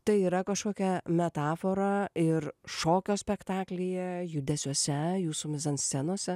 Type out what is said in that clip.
tai yra kažkokia metafora ir šokio spektaklyje judesiuose jūsų mizanscenose